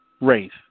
race